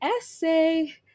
essay